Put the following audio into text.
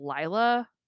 Lila